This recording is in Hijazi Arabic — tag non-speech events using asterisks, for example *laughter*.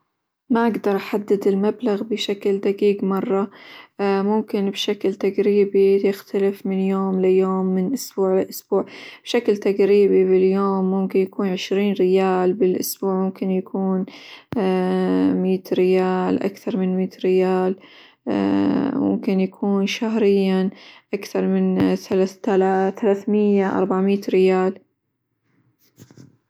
ما أقدر أحدد المبلغ بشكل دقيق مرة، *hesitation* ممكن بشكل تقريبي ليختلف من يوم ليوم، من أسبوع لأسبوع، بشكل تقريبي باليوم ممكن يكون عشرين ريال، بالأسبوع ممكن يكون *hesitation* مية ريال، أكثر من مية ريال، *hesitation* ممكن يكون شهريًا أكثر من ثلاث -ألاف- مية، أربعة مية ريال.